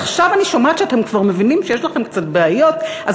עכשיו אני שומעת שכשאתם מבינים שיש לכם קצת בעיות אז